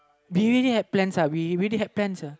we really had plans lah we really plans uh